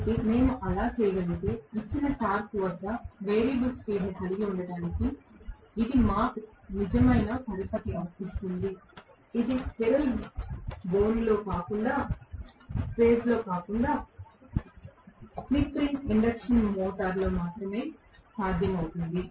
కాబట్టి మేము అలా చేయగలిగితే ఇచ్చిన టార్క్ వద్ద వేరియబుల్ స్పీడ్ కలిగి ఉండటానికి ఇది నిజంగా నాకు పరపతి ఇస్తుంది ఇది స్క్విరెల్ బోనులో కాకుండా స్లిప్ రింగ్ ఇండక్షన్ మోటారులో మాత్రమే సాధ్యమవుతుంది